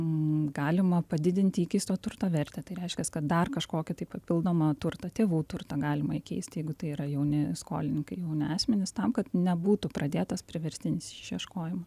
galima padidinti įkeisto turto vertę tai reiškia kad dar kažkokį tai papildomą turtą tėvų turtą galima įkeisti jeigu tai yra jauni skolininkai ir jauni asmenys tam kad nebūtų pradėtas priverstinis išieškojimas